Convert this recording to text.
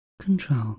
control